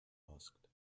asked